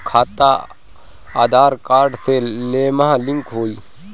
खाता आधार कार्ड से लेहम लिंक होई?